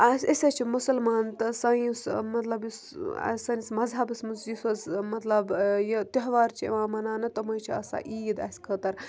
اَسہِ أسۍ حظ چھِ مُسلمان تہٕ سۄ یُس مطلب یُس سٲنِس مذہَبَس منٛز یُس حظ مطلب یہِ تہوار چھِ یِوان مَناونہٕ تم حظ چھِ آسان عیٖد اَسہِ خٲطرٕ